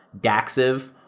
Daxiv